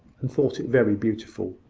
and thought it very beautiful,